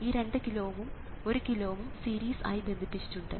ഈ 2 കിലോ Ω ഉം 1 കിലോ Ω ഉം സീരീസ് ആയി ബന്ധിപ്പിച്ചിട്ടുണ്ട്